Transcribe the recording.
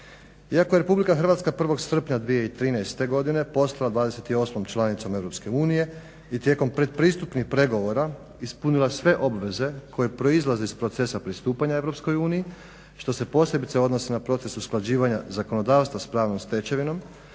Iako je RH 1. srpnja 2013. godine postala 28. članicom EU i tijekom pretpristupnih pregovora ispunila sve obveze koje proizlaze iz procesa pristupanja EU što se posebice odnosi na proces usklađivanja zakonodavstva sa pravnom stečevinom,